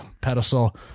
pedestal